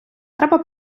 треба